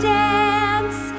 dance